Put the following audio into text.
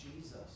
Jesus